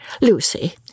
Lucy